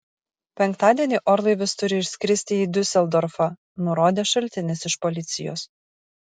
penktadienį orlaivis turi išskristi į diuseldorfą nurodė šaltinis iš policijos